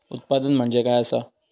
उत्पादन म्हणजे काय असा?